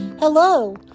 Hello